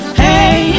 hey